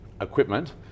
equipment